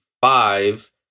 five